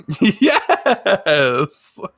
Yes